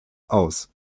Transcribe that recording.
aus